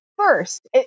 first